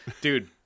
dude